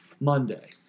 Monday